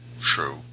true